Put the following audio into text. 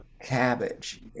cabbage